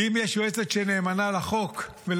כי אם יש יועצת שנאמנה לחוק ולדמוקרטיה,